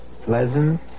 pleasant